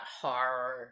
horror